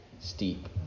steep